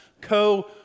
co